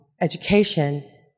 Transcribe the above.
education